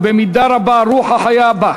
ובמידה רבה הרוח החיה בה,